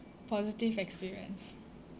positive experience